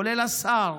כולל השר,